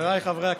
חבריי חברי הכנסת,